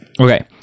Okay